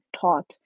taught